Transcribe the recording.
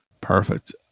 perfect